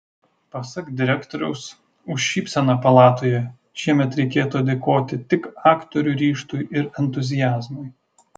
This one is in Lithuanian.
pasak direktoriaus už šypseną palatoje šiemet reikėtų dėkoti tik aktorių ryžtui ir entuziazmui